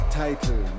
title